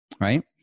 right